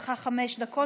לרשותך חמש דקות.